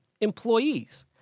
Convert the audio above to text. employees